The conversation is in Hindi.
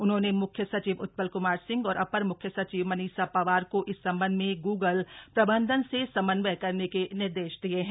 उन्होंने मुख्य सचिव उत्पल क्मार सिंह और अपर मुख्य सचिव मनीषा पंवार को इस संबंध में गूगल अल्फाबेट प्रबंधन से समन्वय करने के निर्देश दिये हैं